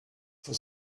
for